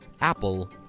apple